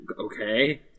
Okay